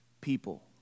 people